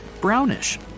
brownish